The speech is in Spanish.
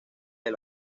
del